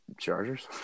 Chargers